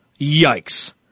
yikes